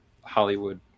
Hollywood